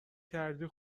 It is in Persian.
کردی